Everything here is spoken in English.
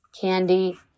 Candy